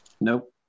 Nope